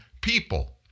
people